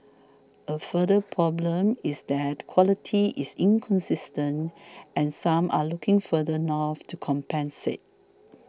a further problem is that quality is inconsistent and some are looking further north to compensate